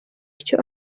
icyo